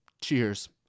Cheers